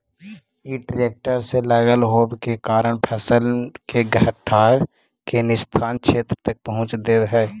इ ट्रेक्टर से लगल होव के कारण फसल के घट्ठर के निस्तारण क्षेत्र तक पहुँचा देवऽ हई